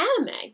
anime